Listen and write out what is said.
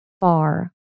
far